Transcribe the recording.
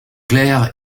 clair